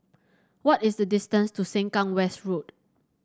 what is the distance to Sengkang West Road